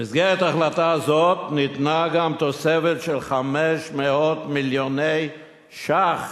במסגרת החלטה זו ניתנה גם תוספת של 500 מיליוני ש"ח,